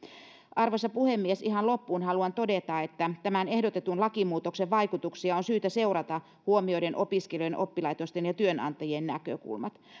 arvoisa puhemies ihan loppuun haluan todeta että tämän ehdotetun lakimuutoksen vaikutuksia on syytä seurata huomioiden opiskelijoiden oppilaitosten ja työnantajien näkökulmat